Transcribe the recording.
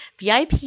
VIP